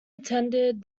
attended